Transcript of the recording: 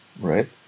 Right